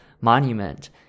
monument